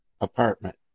apartment